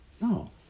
No